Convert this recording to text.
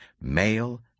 male